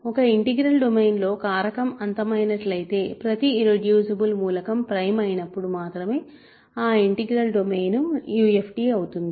ఒక ఇంటిగ్రల్ డొమైన్లో కారకం అంతమైనట్లైతే ప్రతి ఇర్రెడ్యూసిబుల్ మూలకం ప్రైమ్ అయినప్పుడు మాత్రమే ఆ ఇంటిగ్రల్ డొమైన్ UFD అవుతుంది